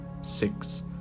six